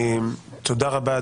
תודה רבה,